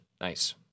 Nice